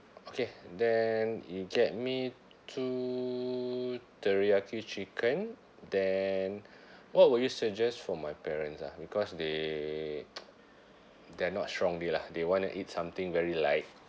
okay then you get me two teriyaki chicken then what would you suggest for my parents ah because they they're not strong build lah they wannna eat something very light